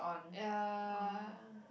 ya